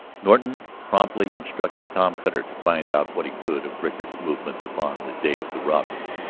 norton promptly instructed tom cutter to find out what he could of rickard's movements upon the day of the robbery,